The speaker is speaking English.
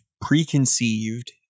preconceived